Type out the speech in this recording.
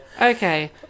Okay